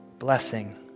blessing